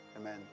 Amen